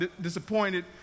disappointed